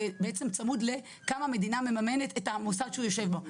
צמוד לכמה המדינה מממנת את המוסד שהוא יושב בו.